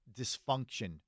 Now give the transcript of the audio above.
dysfunction